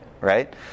Right